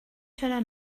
چرا